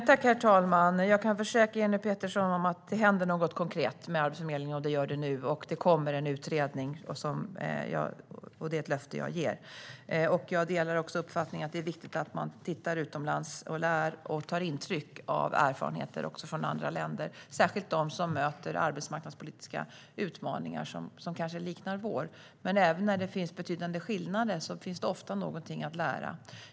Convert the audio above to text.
Herr talman! Jag kan försäkra Jenny Petersson att det händer någonting konkret med Arbetsförmedlingen, och det sker nu. Det kommer en utredning. Det är ett löfte jag ger. Jag delar uppfattningen att det är viktigt att titta utomlands, att lära och ta intryck av erfarenheter från andra länder, särskilt från de länder som möter arbetsmarknadspolitiska utmaningar som kanske liknar våra. Men även när det finns betydande skillnader finns det ofta någonting att lära.